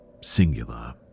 Singular